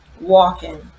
walking